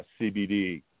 CBD